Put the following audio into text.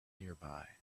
nearby